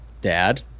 dad